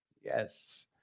Yes